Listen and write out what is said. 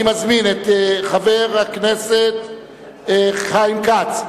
אני מזמין את חבר הכנסת חיים כץ,